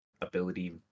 ability